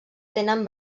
tenen